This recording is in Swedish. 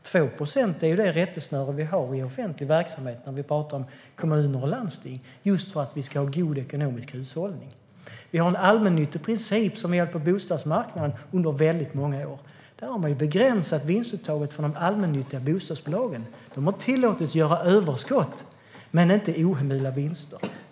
2 procent är det rättesnöre vi har för offentlig verksamhet i kommuner och landsting, just för att vi ska ha en god ekonomisk hushållning. Vi har en allmännyttig princip som har gällt på bostadsmarknaden under väldigt många år. Där har man begränsat vinstuttaget för de allmännyttiga bostadsbolagen. De har tillåtits göra överskott, men inte ohemula vinster.